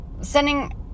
sending